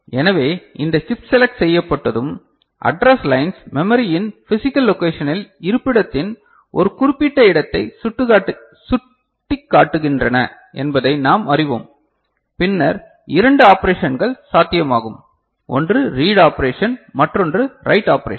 எனவே இந்த chip select செய்யப்பட்டதும் அட்ரஸ் லைன்ஸ் மெமரியின் பிசிகல் லோகாஷனில் இருப்பிடத்தின் ஒரு குறிப்பிட்ட இடத்தை சுட்டிக்காட்டுகின்றன என்பதை நாம் அறிவோம் பின்னர் இரண்டு ஆபரேஷன்கள் சாத்தியமாகும் ஒன்று ரீட் ஆபரேஷன் மற்றொன்று ரைட் ஆபரேஷன்